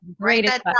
Great